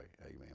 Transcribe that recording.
Amen